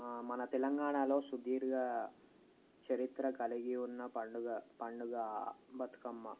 మన తెలంగాణాలో సుధీర్ఘ చరిత్ర కలిగి ఉన్న పండుగ పండుగ బతుకమ్మ